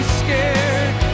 scared